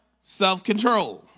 self-control